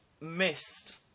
missed